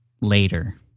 later